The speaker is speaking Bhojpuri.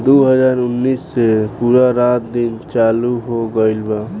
दु हाजार उन्नीस से पूरा रात दिन चालू हो गइल बा